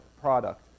product